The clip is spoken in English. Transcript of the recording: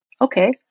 okay